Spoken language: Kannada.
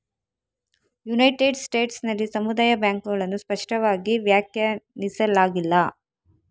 ಯುನೈಟೆಡ್ ಸ್ಟೇಟ್ಸ್ ನಲ್ಲಿ ಸಮುದಾಯ ಬ್ಯಾಂಕುಗಳನ್ನು ಸ್ಪಷ್ಟವಾಗಿ ವ್ಯಾಖ್ಯಾನಿಸಲಾಗಿಲ್ಲ